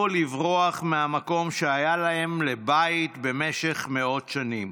לברוח מהמקום שהיה להם לבית במשך מאות שנים